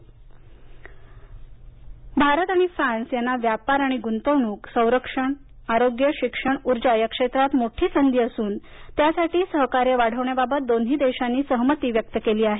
Bharat France Bharat आणि France यांना व्यापार आणि गुंतवणूक संरक्षण आरोग्य शिक्षण ऊर्जा या क्षेत्रात मोठी संधी असून त्यासाठी सहकार्य वाढवण्याबाबत दोन्ही देशांनी सहमती व्यक्त केली आहे